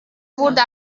wurde